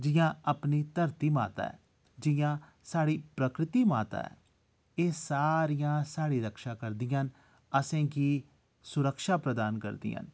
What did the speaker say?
जि'यां अपनी धरती माता ऐ जि'यां साढ़ी प्रकृति माता ऐ एह् सारियां साढ़ी रक्षा करदियां न असें गी सुरक्षा प्रदान करदियां न